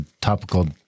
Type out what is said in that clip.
topical